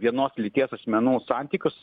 vienos lyties asmenų santykius